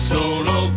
Solo